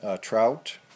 Trout